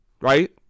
right